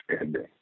ending